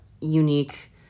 unique